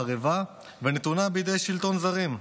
החרבה הנתונה בידי שלטון זרים?